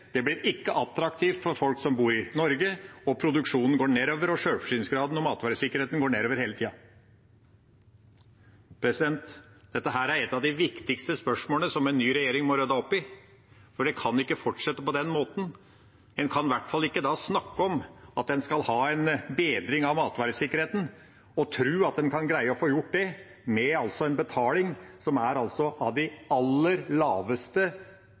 det blir ikke attraktivt for folk som bor i Norge, produksjonen går nedover, og sjølforsyningsgraden og matvaresikkerheten går nedover hele tida. Dette er et av de viktigste spørsmålene en ny regjering må rydde opp i, for det kan ikke fortsette på den måten. En kan i hvert fall ikke da snakke om at en skal ha en bedring av matvaresikkerheten og tro at en kan greie å få gjort det med en betaling som altså er av de aller laveste i Norge når det gjelder lønna arbeidskraft, og som også er den aller laveste